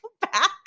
back